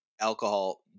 alcohol